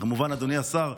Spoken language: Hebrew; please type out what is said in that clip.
אדוני השר,